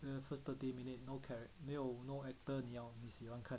then the first thirty minutes no carrot 没有 no actor 你要你喜欢看